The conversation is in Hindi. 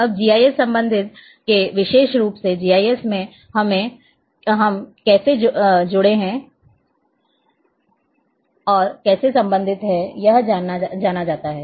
अब जीआईएस संभावित के विशेष रूप से जीआईएस में हम कैसे जुड़े है और कैसे संबंधित हैं यह जाना जाता है